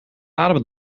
ademen